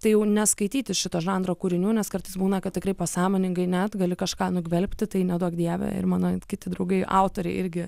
tai jau neskaityti šito žanro kūrinių nes kartais būna kad tikrai pasąmoningai net gali kažką nugvelbti tai neduok dieve ir mano kiti draugai autoriai irgi